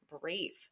Brave